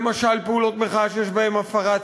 למשל, פעולות מחאה שיש בהן הפרת סדר,